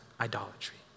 idolatry